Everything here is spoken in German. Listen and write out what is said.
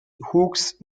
hughes